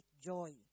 joy